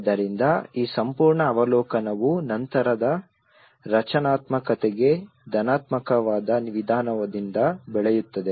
ಆದ್ದರಿಂದ ಈ ಸಂಪೂರ್ಣ ಅವಲೋಕನವು ನಂತರದ ರಚನಾತ್ಮಕತೆಗೆ ಧನಾತ್ಮಕವಾದ ವಿಧಾನದಿಂದ ಬೆಳೆಯುತ್ತದೆ